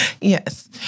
Yes